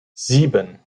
sieben